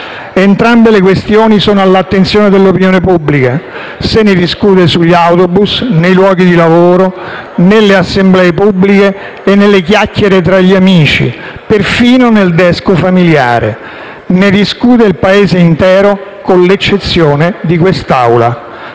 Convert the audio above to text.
Entrambe le questioni sono all'attenzione dell'opinione pubblica. Se ne discute sugli autobus, nei luoghi di lavoro, nelle assemblee pubbliche e nelle chiacchiere tra gli amici, perfino nel desco familiare. Ne discute il Paese intero con l'eccezione di questa Aula.